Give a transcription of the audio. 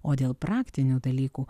o dėl praktinių dalykų